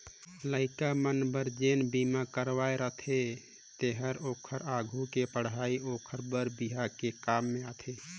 लइका मन बर जे बिमा करवाये रथें तेहर ओखर आघु के पढ़ई ओखर बर बिहा के काम में आथे